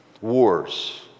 Wars